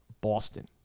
Boston